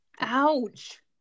Ouch